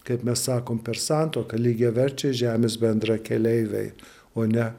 kaip mes sakom per santuoką lygiaverčiai žemės bendrakeleiviai o ne